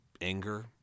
anger